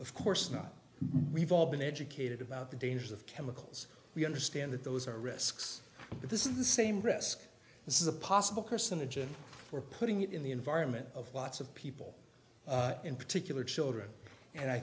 of course not we've all been educated about the dangers of chemicals we understand that those are risks but this is the same risk this is a possible carcinogen or putting it in the environment of lots of people in particular children and i